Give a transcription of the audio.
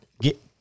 get